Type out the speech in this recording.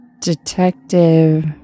detective